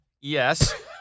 Yes